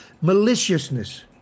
Maliciousness